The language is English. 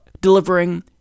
delivering